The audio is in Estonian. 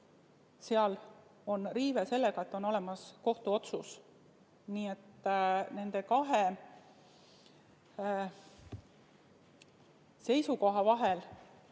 et on riive sellega, et on olemas kohtuotsus. Nii et nende kahe seisukoha vahel